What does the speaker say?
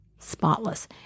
spotless